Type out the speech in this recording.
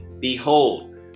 Behold